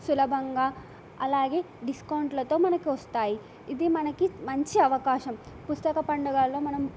సులభంగా అలాగే డిస్కౌంట్లతో మనకి వస్తాయి ఇది మనకి మంచి అవకాశం పుస్తక పండుగల్లో మనం